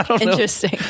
Interesting